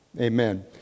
amen